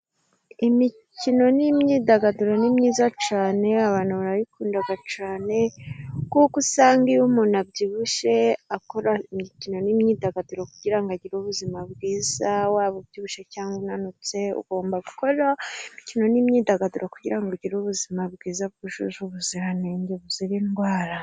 Imikino n'imyidagaduro ni myiza cyane abantu barayikunda cyane, kuko usanga iyo umuntu abyibushye akora imikino n'imyidagaduro kugira ngo agire ubuzima bwiza. Waba ubyibushye cyangwa unanutse ugomba gukora imikino n'imyidagaduro kugira ngo ugire ubuzima bwiza, bwujuje ubuziranenge buzira indwara.